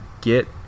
get